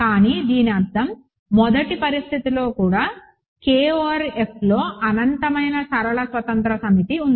కానీ దీని అర్థం మొదటి పరిస్థితిలో కూడా K ఓవర్ F లో అనంతమైన సరళ స్వతంత్ర సమితి ఉంది